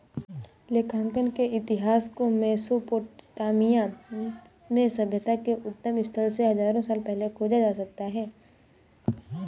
लेखांकन के इतिहास को मेसोपोटामिया में सभ्यता के उद्गम स्थल से हजारों साल पहले खोजा जा सकता हैं